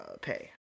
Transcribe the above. pay